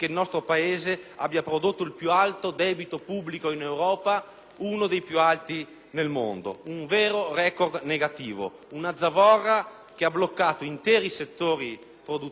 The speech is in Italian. uno dei più alti nel mondo, un vero record negativo, una zavorra che ha bloccato interi settori produttivi, che ha frenato la crescita e lo sviluppo del nostro Paese.